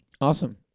awesome